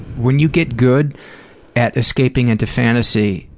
when you get good at escaping into fantasy,